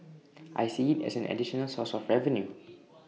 I see IT as an additional source of revenue